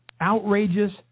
outrageous